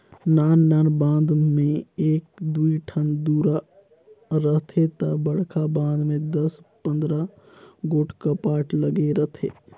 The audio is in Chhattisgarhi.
नान नान बांध में एक दुई ठन दुरा रहथे ता बड़खा बांध में दस पंदरा गोट कपाट लगे रथे